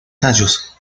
tallos